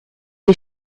est